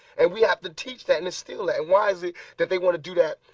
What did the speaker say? and we have to teach that, and instill that. why is it that they want to do that?